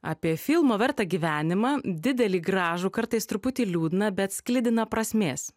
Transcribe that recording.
apie filmo vertą gyvenimą didelį gražų kartais truputį liūdną bet sklidiną prasmės